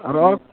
road